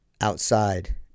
outside